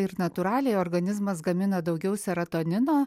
ir natūraliai organizmas gamina daugiau seratonino